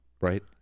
Right